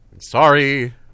Sorry